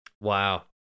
Wow